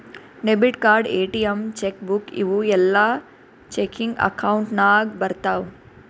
debit card, ATM, cheque book ಇವೂ ಎಲ್ಲಾ checking account ನಾಗ್ ಬರ್ತಾವ್